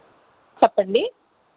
చెప్పండి